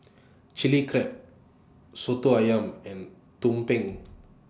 Chilli Crab Soto Ayam and Tumpeng